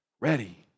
ready